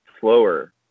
slower